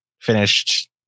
finished